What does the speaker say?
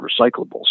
recyclables